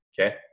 Okay